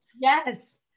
Yes